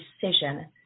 decision